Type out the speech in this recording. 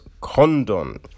Condon